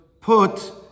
put